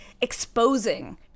exposing